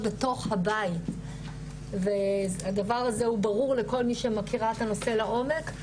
בתוך הבית והדבר הזה ברור לכל מי שמכירה את הנושא לעומק,